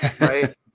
Right